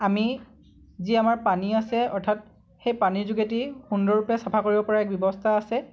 আমি যি আমাৰ পানী আছে অৰ্থাৎ সেই পানী যোগেদি সুন্দৰৰূপে চাফা কৰিব পৰা এক ব্যৱস্থা আছে